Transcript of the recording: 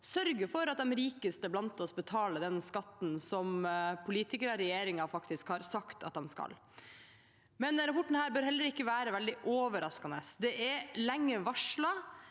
sørge for at de rikeste blant oss betaler den skatten som politikere og regjeringen har sagt at de skal betale. Denne rapporten bør ikke være veldig overraskende. Det er lenge varslet.